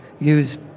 use